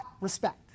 respect